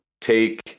take